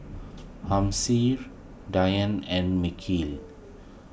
Dian and